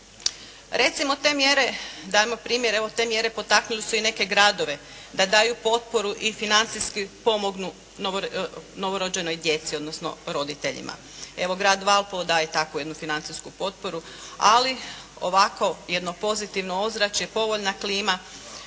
Recimo, dajmo primjer. Evo, te mjere potaknule su i neke gradove da daju potporu i financijski pomognu novorođenoj djeci odnosno roditeljima. Evo, grad Valpovo daje takvu jednu financijsku potporu ali ovako jedno pozitivno ozračje, povoljna klima.